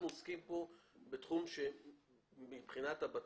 אנחנו עוסקים כאן בתחום שמבחינת המשרד